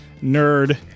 nerd